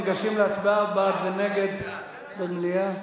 ניגשים להצבעה בעד ונגד במליאה.